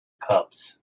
cups